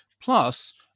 Plus